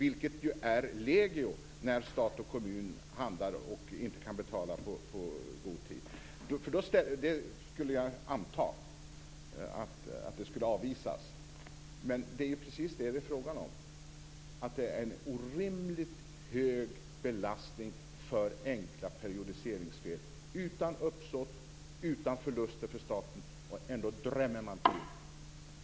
Det är ju legio när stat och kommun handlar och inte kan betala i god tid. Det skulle jag anta skulle avvisas. Men det är precis vad det är fråga om. Det är en orimligt hög belastning för enkla periodiseringsfel utan uppsåt och utan förluster för staten. Ändå drämmer man till.